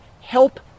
help